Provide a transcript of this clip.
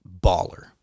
baller